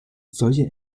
solche